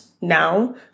now